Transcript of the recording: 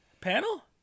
panel